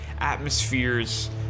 ...atmospheres